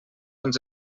ens